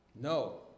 No